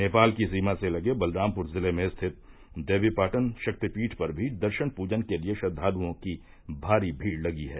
नेपाल की सीमा से लगे बलरामपुर जिले में स्थित देवी पाटन शक्तिपीठ पर भी दर्शन पूजन के लिये श्रद्वालुओं की भारी भीड़ लगी है